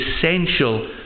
essential